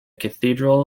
cathedral